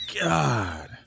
God